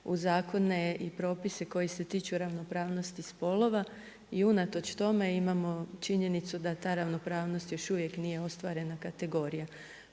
u zakone i propise koji se tiču ravnopravnosti spolova. I unatoč tome, imamo činjenicu imamo da ta ravnopravnost još uvijek nije ostvarena kategorija.